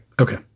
okay